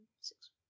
six